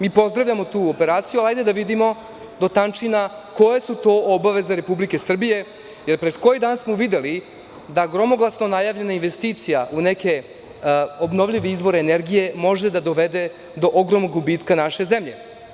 Mi pozdravljamo tu operaciju, ajde da vidimo do tančina koje su to obaveze Republike Srbije, jer pre koji dan smo videli da gromoglasno najavljena investicija u neke obnovljive izvore energije može da dovede do ogromnog gubitka naše zemlje.